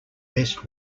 best